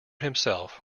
himself